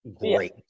great